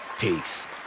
Peace